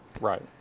Right